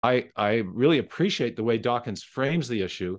אני מאוד מעריך את הדרך שדוקאנס ממסגר את הנושא